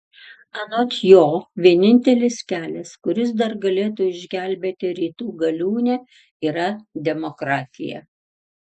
anot jo vienintelis kelias kuris dar galėtų išgelbėti rytų galiūnę yra demokratija